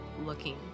looking